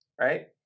right